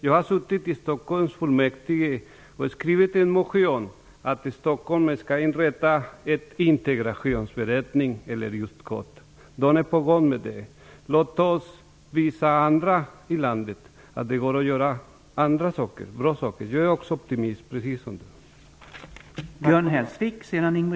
Jag har suttit i Stockholms kommunfullmäktige och i en motion föreslagit att man i Stockholm skall inrätta en integrationsberedning eller ett integrationsutskott. Det är på gång. Låt oss visa andra delar av landet att det går att göra bra saker. Jag är optimist, precis som ni.